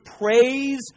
praise